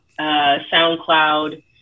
SoundCloud